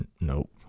Nope